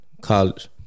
College